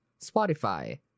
spotify